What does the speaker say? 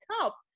top